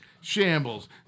shambles